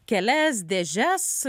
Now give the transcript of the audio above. kelias dėžes